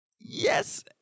Yes